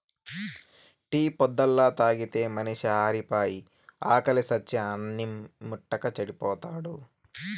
tea పొద్దల్లా తాగితే మనిషి ఆరిపాయి, ఆకిలి సచ్చి అన్నిం ముట్టక చెడిపోతాడు